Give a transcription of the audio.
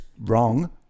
wrong